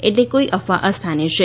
એટલે કોઈ અફવા અસ્થાને છે